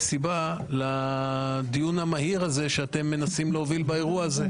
סיבה לדיון המהיר הזה שאתם מנסים להוביל באירוע הזה.